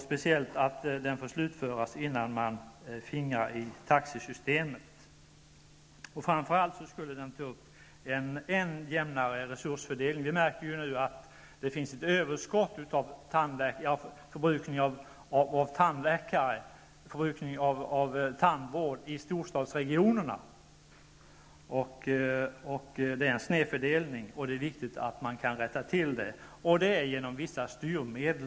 Speciellt viktigt är det att den får slutföras innan man fingrar på taxesystemet. Framför allt skulle den ta upp en än jämnare resursfördelning. Vi märker nu att det finns en överförbrukning av tandläkarbesök och tandvård i storstadsregionerna. Det är en snedfördelning, och det är viktigt att man kan rätta till den. Det kan man, som vi ser det, göra genom vissa styrmedel.